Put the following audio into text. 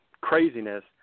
craziness